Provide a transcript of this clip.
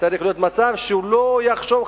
צריך להיות מצב שהוא לא יחשוב,